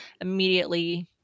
immediately